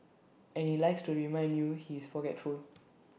and he likes to remind you he is forgetful